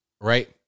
right